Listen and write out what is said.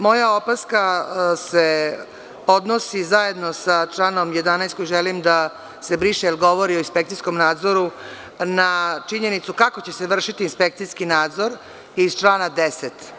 Moja opaska se odnosi zajedno sa članom 11. koji želim da se briše, jer govori o inspekcijskom nadzoru na činjenicu kako će se vršiti inspekcijski nadzor iz člana 10.